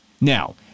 now